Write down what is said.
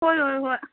ꯍꯣꯏ ꯍꯣꯏ ꯍꯣꯏ ꯍꯣꯏ